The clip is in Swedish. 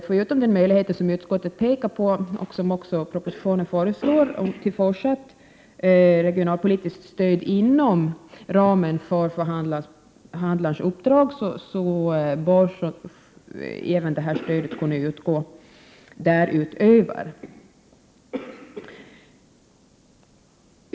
Förutom de möjligheter som utskottet pekar på och vad som föreslås i propositionen om fortsatt regionalpolitiskt stöd inom ramen för förhandlarens uppdrag, bör därutöver detta stöd kunna utgå.